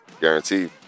Guaranteed